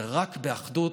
ורק באחדות,